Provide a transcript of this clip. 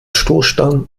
stoßstangen